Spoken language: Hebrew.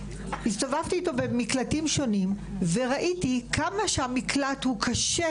הסתובבתי איתו במקלטים שונים וראיתי כמה שהמקלט הוא קשה,